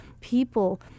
people